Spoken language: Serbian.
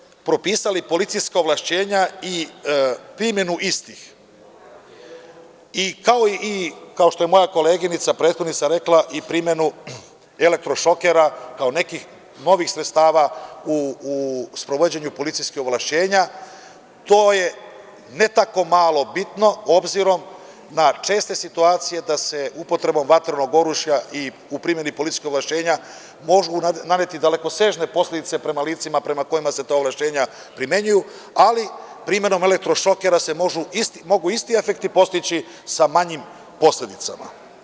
Jasno ste propisali policijska ovlašćenja i primenu istih i kao što je moja prethodna koleginica rekla i primenu elektrošokera kao nekih novih sredstava u sprovođenju policijskih ovlašćenja, to je ne tako malo bitno obzirom na česte situacije da se upotrebom vatrenog oružja u primeni policijskih ovlašćenja mogu naneti dalekosežne posledice prema licima prema kojima se ta ovlašćenja primenjuju, ali primenom elektrošokera mogu se isti efekti postići sa manjim posledicama.